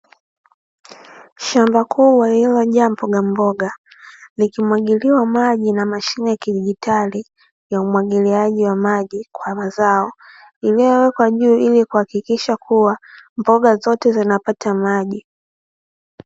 Shamba kubwa lililojaa mbogamboga, likimwagiliwa maji na mashine ya kidijitali ya umwagiliaji ya maji kwa mazao, iliyowekwa juu ili kuhakikisha kuwa mboga zote zinapata maji.